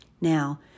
Now